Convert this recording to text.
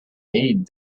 heed